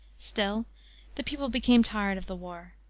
still the people became tired of the war.